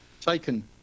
taken